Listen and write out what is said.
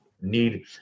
need